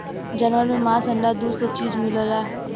जानवर से मांस अंडा दूध स चीज मिलला